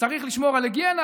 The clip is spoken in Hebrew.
צריך לשמור על היגיינה,